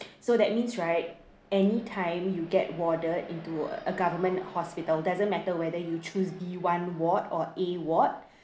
so that means right anytime you get warded into a government hospital doesn't matter whether you choose B one ward or A ward